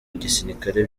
gisirikare